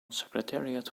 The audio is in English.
secretariat